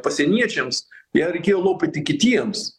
pasieniečiams ją reikėjo lopyti kitiems